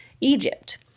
Egypt